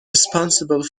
responsible